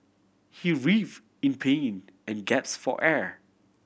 he writhe in pain and gaps for air